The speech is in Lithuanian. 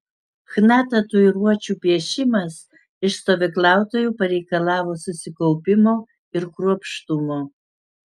chna tatuiruočių piešimas iš stovyklautojų pareikalavo susikaupimo ir kruopštumo